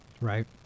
right